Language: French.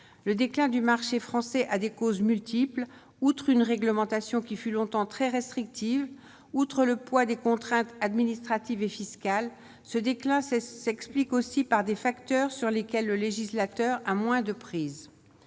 le déclin du marché français à des causes multiples : outre une réglementation qui fut longtemps très restrictive, outre le poids des contraintes administratives et fiscales ce déclin, c'est s'explique aussi par des facteurs sur lesquels le législateur à moins de prise